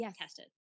tested